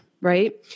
Right